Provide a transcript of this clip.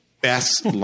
Best